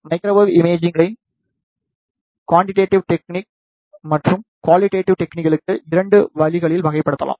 microwave இமேஜிங்கை quantitative technique மற்றும் qualitative டெக்னீக்களுக்கு 2 வழிகளில் வகைப்படுத்தலாம்